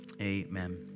amen